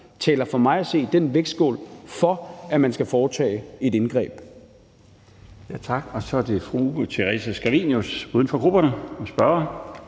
for mig at se taler for, at man skal foretage et indgreb.